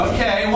Okay